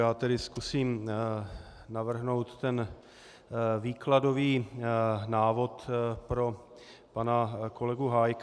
Já tedy zkusím navrhnout ten výkladový návod pro pana kolegu Hájka.